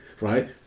right